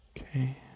Okay